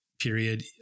period